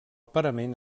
parament